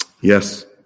Yes